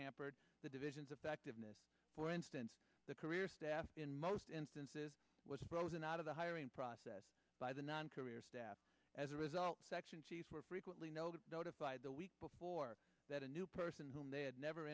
hampered the divisions of activeness for instance the career staff in most instances was frozen out of the hiring process by the non career staff as a result section chiefs were frequently noted notified the week before that a new person whom they had never